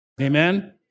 Amen